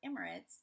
emirates